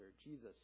Jesus